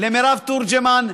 למירב תורג'מן,